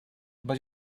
but